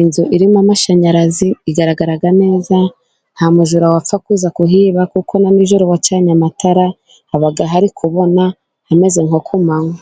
inzu irimo amashanyarazi igaragara neza nta mujura wapfa kuza kuhiba, kuko na nijoro wacanye amatara haba hari kubona hameze nko ku manwa.